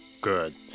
good